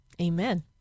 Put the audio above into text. amen